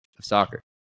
soccer